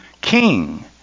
king